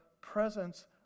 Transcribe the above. presence